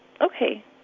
okay